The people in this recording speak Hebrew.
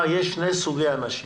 אמרה: יש שני סוגי אנשים